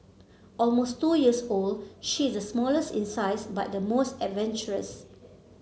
almost two years old she is smallest in size but the most adventurous